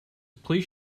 please